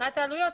מבחינת העלויות,